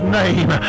name